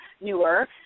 newer